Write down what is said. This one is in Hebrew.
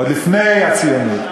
עוד לפני הציונות.